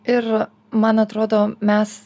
ir man atrodo mes